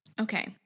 Okay